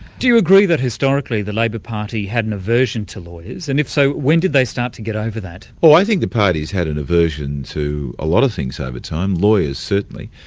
do you agree that historically, the labor party had an aversion to lawyers, and if so, when did they start to get over that? well i think the parties had an aversion to a lot of things over time, lawyers certainly.